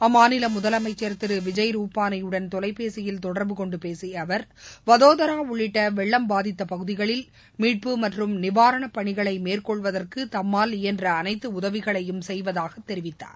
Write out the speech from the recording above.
அம்மாநில முதலமைச்சர் திரு விஜய் ரூபானியுடன் தொலைபேசியில் தொடர்பு கொண்டு பேசிய அவர் வதோதரா உள்ளிட்ட வெள்ளம் பாதித்த பகுதிகளில் மீட்பு மற்றும் நிவாரணப் பணிகளை மேற்கொள்வதற்கு தம்மால் இயன்ற அனைத்து உதவிகளையும் செய்வதாகத் தெரிவித்தார்